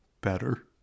Better